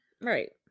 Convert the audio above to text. Right